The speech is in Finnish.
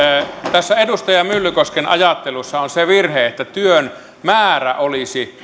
tässä edustaja myllykosken ajattelussa on se virhe että työn määrä olisi